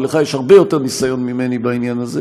ולך יש הרבה יותר ניסיון ממני בעניין הזה,